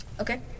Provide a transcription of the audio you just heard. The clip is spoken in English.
Okay